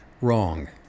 wrong